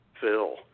Phil